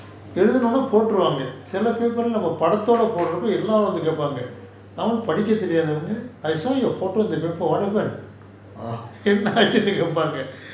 எழுதனும் னா போட்டுடுவாங்க சில:ezhuthanum naa potuduvaanga sila paper leh படத்தோட போடுற அப்போ:paadathoda podura appo I saw your photo in the paper what happened என்ன ஆச்சி னு கேப்பாங்க:enna aachi nu kaepaanga